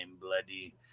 bloody